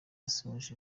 asoje